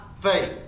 faith